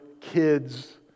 kids